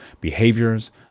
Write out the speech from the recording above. behaviors